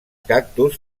cactus